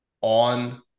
on